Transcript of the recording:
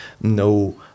no